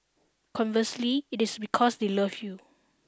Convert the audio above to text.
conversely it is because they love you